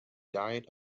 diet